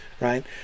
right